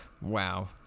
Wow